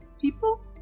people